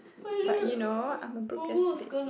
but you know I'm a broke ass bit~